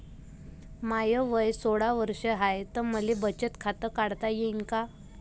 माय वय सोळा वर्ष हाय त मले बचत खात काढता येईन का?